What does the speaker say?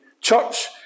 church